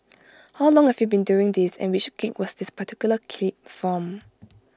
how long have you been doing this and which gig was this particular clip from